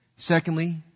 Secondly